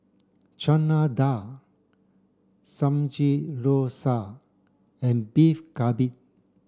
Chana Dal Samgeyopsal and Beef Galbi